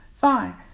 fine